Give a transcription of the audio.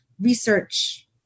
research